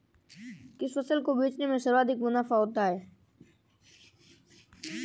किस फसल को बेचने से सर्वाधिक मुनाफा होता है?